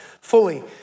fully